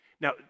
now